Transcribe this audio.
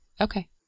Okay